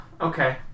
okay